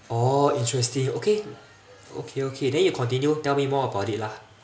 oh interesting okay okay okay then you continue to tell me more about it lah